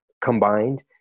combined